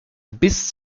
bis